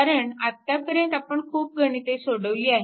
कारण आतापर्यंत आपण खूप गणिते सोडवली आहेत